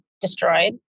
destroyed